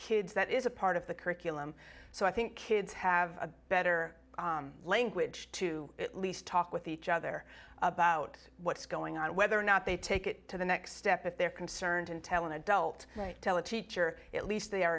kids that is a part of the curriculum so i think kids have a better language to at least talk with each other about what's going on whether or not they take it to the next step if they're concerned and tell an adult tell a teacher at least they